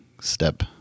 step